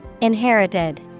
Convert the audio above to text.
Inherited